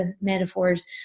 metaphors